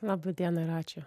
laba diena ir ačiū